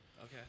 Okay